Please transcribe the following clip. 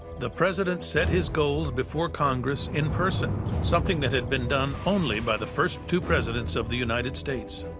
the president set his goals before congress in person, something that had been done only by the first two presidents of the united states.